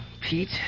Pete